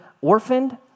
orphaned